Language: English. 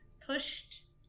pushed